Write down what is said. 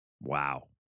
wow